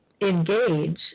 engage